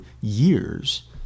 years